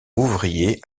ouvrier